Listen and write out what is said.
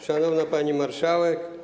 Szanowna Pani Marszałek!